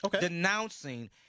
denouncing